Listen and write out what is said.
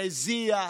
מזיע,